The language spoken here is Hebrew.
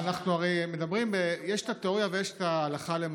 יש את התיאוריה ויש את ההלכה למעשה.